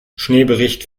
schneebericht